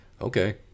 Okay